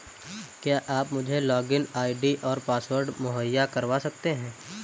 क्या आप मुझे लॉगिन आई.डी और पासवर्ड मुहैय्या करवा सकते हैं?